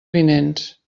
vinents